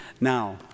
Now